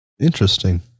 Interesting